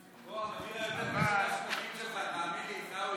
לי, עיסאווי.